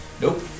Nope